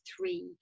three